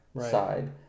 side